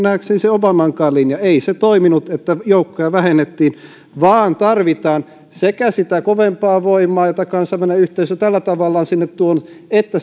nähdäkseni se obamankaan linja ei se toiminut että joukkoja vähennettiin vaan tarvitaan sekä sitä kovempaa voimaa jota kansainvälinen yhteisö tällä tavalla on sinne tuonut että